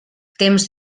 temps